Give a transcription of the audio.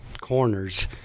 corners